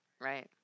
right